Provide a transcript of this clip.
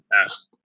ask